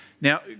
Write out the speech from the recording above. Now